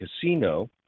casino